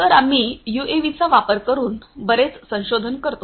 तर आम्ही यूएव्हीचा वापर करुन बरेच संशोधन करतो